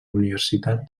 universitat